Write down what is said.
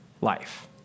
life